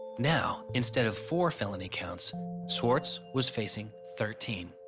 now instead of four felony counts swartz was facing thirteen.